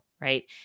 right